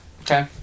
Okay